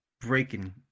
breaking